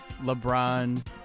LeBron